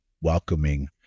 welcoming